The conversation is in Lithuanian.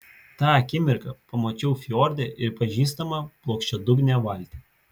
tą akimirką pamačiau fjorde ir pažįstamą plokščiadugnę valtį